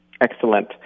Excellent